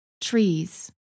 trees